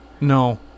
No